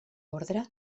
ordre